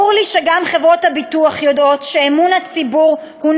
ברור לי שגם חברות הביטוח יודעות שאמון הציבור הוא